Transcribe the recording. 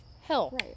Hell